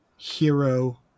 hero